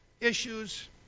issues